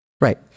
Right